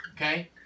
Okay